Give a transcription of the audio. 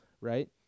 right